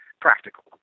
practical